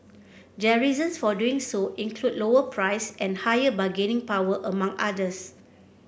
their reasons for doing so include lower price and higher bargaining power among others